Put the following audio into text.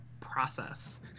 process